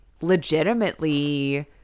legitimately